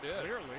clearly